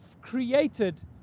created